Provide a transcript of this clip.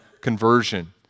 conversion